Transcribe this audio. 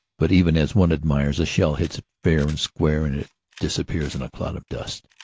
but even as one adnlires, a shell hits it fair and square and it disappears in a cloud of dust.